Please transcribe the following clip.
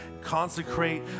consecrate